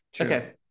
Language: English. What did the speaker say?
okay